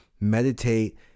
Meditate